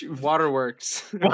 waterworks